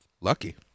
lucky